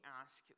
ask